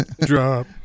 drop